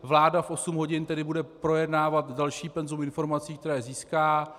Vláda v osm hodin tedy bude projednávat další penzum informací, které získá.